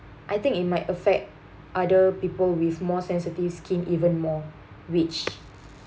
I think it might affect other people with more sensitive skin even more which